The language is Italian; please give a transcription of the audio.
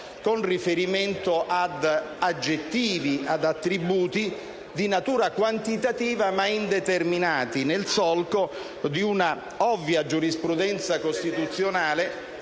con riferimento ad aggettivi ed ad attributi di natura quantitativa, ma indeterminati, nel solco di una ovvia giurisprudenza costituzionale